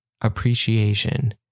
appreciation